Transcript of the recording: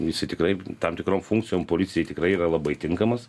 jisai tikrai tam tikrom funkcijom policijai tikrai yra labai tinkamas